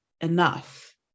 enough